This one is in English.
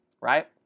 right